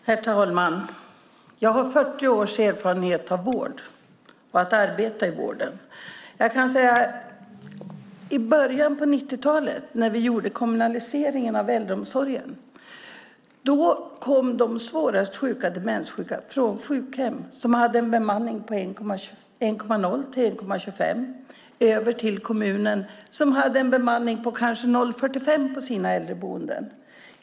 Herr talman! Jag har 40 års erfarenhet av vård och att arbeta inom vården. Jag kan säga att i början av 90-talet, när vi genomförde kommunaliseringen av äldreomsorgen, kom de svårast demenssjuka från sjukhem som hade en bemanning på 1,0 till 1,25 till kommunerna, som hade en bemanning på kanske 0,45 på sina äldreboenden.